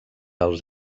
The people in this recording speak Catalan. als